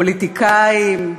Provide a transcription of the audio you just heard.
פוליטיקאים,